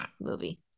movie